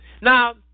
Now